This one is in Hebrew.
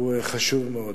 היא חשובה מאוד.